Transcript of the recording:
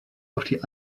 auf